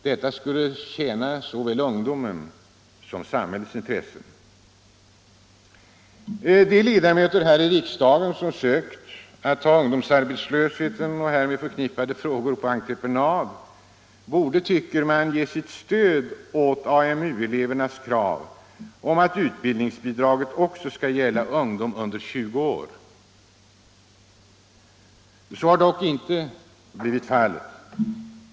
Detta skulle tjäna såväl ungdomens som samhällets intressen. De ledamöter här i riksdagen som sökt att ta ungdomarbetslösheten och därmed förknippade frågor på entreprenad borde, tycker man, ge sitt stöd åt AMU-elevernas krav på att utbildningsbidraget också skall gälla ungdom under 20 år. Så har dock inte blivit fallet.